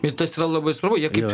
ir tas yra labai svarbu jie kaip